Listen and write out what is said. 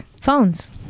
phones